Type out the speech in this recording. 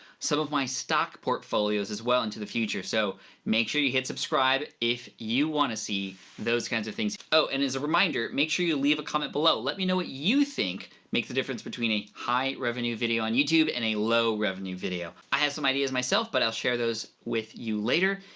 some of my stock portfolios as well into the future so make sure you hit subscribe if you wanna see those kinds of things. oh, and as a reminder, make sure you leave a comment below. let me know what you think makes the difference between a high revenue video on youtube and a low revenue video. i have some ideas myself but i'll share those with you later,